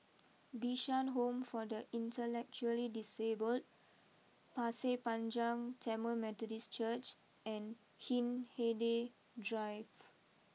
Bishan Home for the Intellectually Disabled Pasir Panjang Tamil Methodist Church and Hindhede Drive